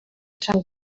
sant